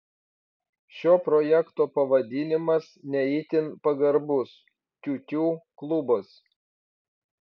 šio projekto pavadinimas ne itin pagarbus tiutiū klubas